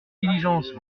diligences